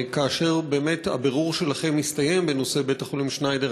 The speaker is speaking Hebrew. כאשר הבירור שלכם בנושא בית-החולים שניידר